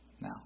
Now